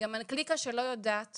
גם הקליקה שלא יודעת